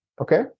okay